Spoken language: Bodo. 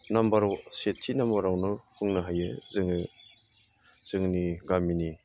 नाम्बार सेथि नाम्बारावनो बुंनो हायो जोङो जोंनि गामिनि